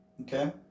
Okay